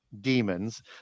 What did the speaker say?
demons